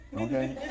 Okay